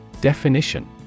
Definition